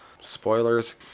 Spoilers